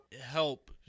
help